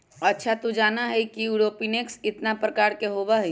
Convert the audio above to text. अच्छा तू जाना ही कि एरोपोनिक्स कितना प्रकार के होबा हई?